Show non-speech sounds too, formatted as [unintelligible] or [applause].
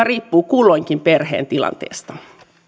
[unintelligible] riippuvat kulloinkin perheen tilanteesta